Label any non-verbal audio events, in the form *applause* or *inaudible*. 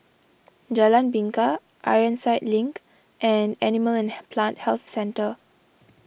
Jalan Bingka Ironside Link and Animal and *unintelligible* Plant Health Centre